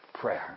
prayer